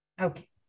okay